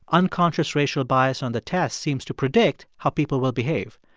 unconscious racial bias on the test seems to predict how people will behave.